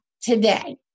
today